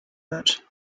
wird